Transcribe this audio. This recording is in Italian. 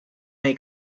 nei